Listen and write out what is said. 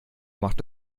macht